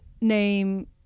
name